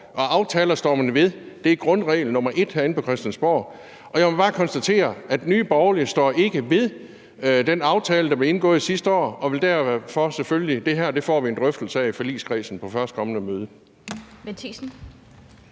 og aftaler står man ved. Det er grundregel nummer 1 herinde på Christiansborg. Og jeg må bare konstatere, at Nye Borgerlige ikke står ved den aftale, der blev indgået sidste år, og derfor vil vi selvfølgelig få en drøftelse af det her i forligskredsen på førstkommende møde.